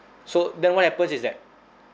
so then what happens is that